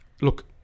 look